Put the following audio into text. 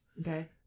Okay